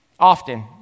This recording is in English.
Often